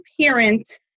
parent